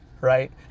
right